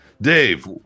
Dave